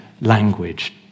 language